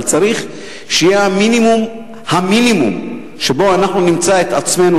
אבל צריך שיהיה המינימום שבו אנחנו נמצא את עצמנו,